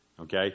okay